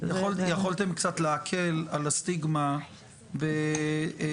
יכולתם קצת להקל על הסטיגמה בגישה